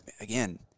again –